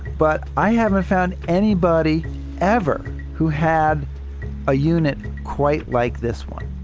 but i haven't found anybody ever who had a unit quite like this one.